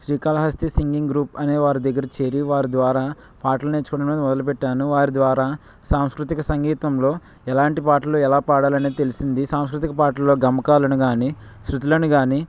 Srikalahasti singing group అనే వారి దగ్గర చేరి వారి ద్వారా పాటలు నేర్చుకోవడం అనేది మొదలుపెట్టాను వారి ద్వారా సాంస్కృతిక సంగీతంలో ఎలాంటి పాటలు ఎలా పాడాలి అనేది తెలిసింది సాంస్కృతిక పాటలలో గమకాలను కానీ శృతులను కానీ